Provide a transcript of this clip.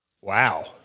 Wow